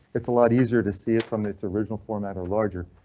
it's a lot easier to see it from its original format or larger.